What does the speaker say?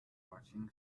watching